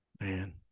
man